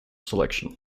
selection